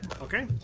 Okay